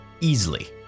easily